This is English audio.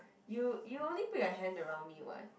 you you only put your hand around me [what]